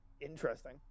interesting